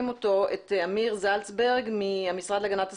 אותו את אמיר זלצברג מהמשרד להגנת הסביבה.